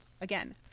again